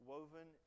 woven